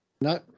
No